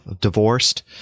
divorced